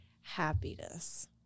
happiness